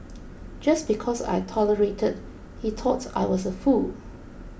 just because I tolerated he thought I was a fool